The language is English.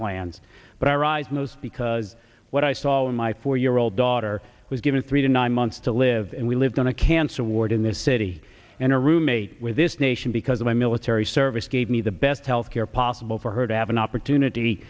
plans but iras most because what i saw in my four year old daughter was given three to nine months to live and we lived on a cancer ward in this city and a roommate with this nation because of my military service gave me the best health care possible for her to have an opportunity